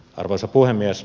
arvoisa puhemies